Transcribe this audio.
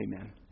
Amen